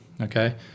Okay